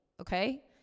Okay